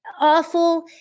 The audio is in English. awful